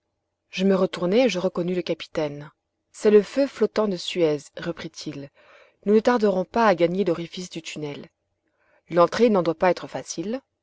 je me retournai et je reconnus le capitaine c'est le feu flottant de suez reprit-il nous ne tarderons pas à gagner l'orifice du tunnel l'entrée n'en doit pas être facile